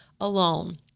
alone